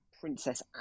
Princess